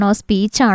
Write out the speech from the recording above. speech